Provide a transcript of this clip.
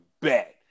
bet